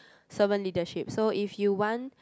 servant leadership so if you want